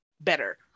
better